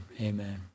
Amen